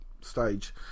stage